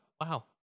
wow